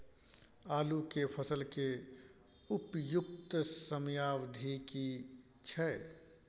आलू के फसल के उपयुक्त समयावधि की छै?